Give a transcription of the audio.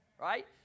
Right